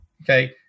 Okay